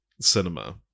cinema